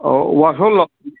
ꯑꯧ ꯋꯥꯛꯁꯣꯞꯂꯣ